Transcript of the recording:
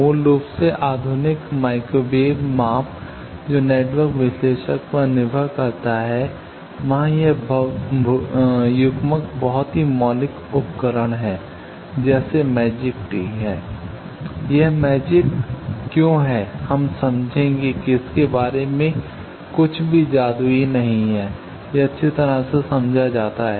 मूल रूप से आधुनिक माइक्रोवेव माप जो नेटवर्क विश्लेषक पर निर्भर करता है वहां यह युग्मक बहुत ही मौलिक उपकरण है जैसे मैजिक टी है यह मैजिक क्यों है हम समझेंगे कि इसके बारे में कुछ भी जादुई नहीं है यह अच्छी तरह से समझा जाता है